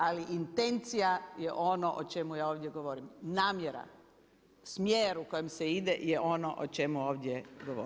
Ali intencija je ono o čemu ja ovdje govorim – namjera, smjer u kojem se ide je ono o čemu ovdje govorim.